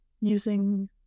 using